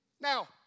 Now